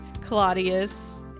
claudius